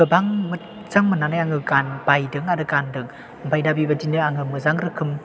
गोबां मोजां मोननानै आं गान बायदों आरो गान्दों ओमफ्राय दा बेबायदिनो मोजां रोखोम